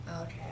Okay